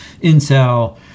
intel